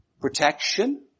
protection